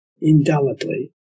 indelibly